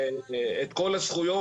את כל הזכויות.